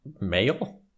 Male